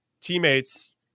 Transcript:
teammates